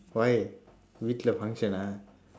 why function ah